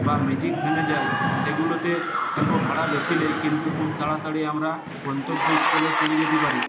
বা ম্যাজিক ভ্যানে যাই সেগুলোতে ভাড়া বেশি লাগে কিন্তু খুব তাড়াতাড়ি আমরা গন্তব্য স্থলে চলে যেতে পারি